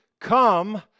come